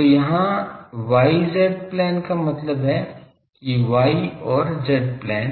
तो यहाँ y z plane का मतलब है कि y और z प्लेन